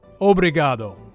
Obrigado